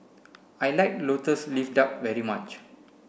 I like lotus leaf duck very much